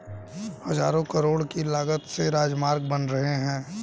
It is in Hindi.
हज़ारों करोड़ की लागत से राजमार्ग बन रहे हैं